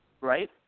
Right